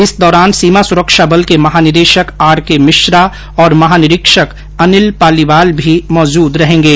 इस दौरान सीमा सुरक्षा बल के महानिदेशक आरके मिश्रा और महानिरीक्षक अनिल पालीवाल भी मौजूद रहेंगे